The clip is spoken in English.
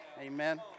Amen